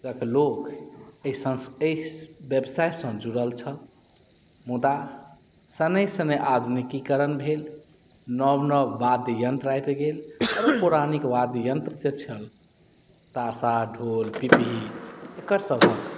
तक लोक एहि संस एहि व्यवसायसँ जुड़ल छल मुदा शनै शनै आधुनिकीकरण भेल नव नव वाद्य यन्त्र आबि गेल आओर ओ पौराणिक वाद्य यन्त्र जे छल ताशा ढोल पिपही एकरसभक